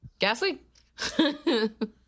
gasly